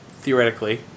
theoretically